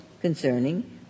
concerning